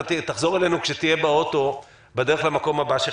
תחזור אלינו כשתהיה באוטו בדרך למקום שלך.